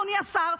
אדוני השר,